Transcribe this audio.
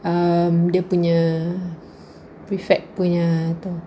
um dia punya prefect punya tu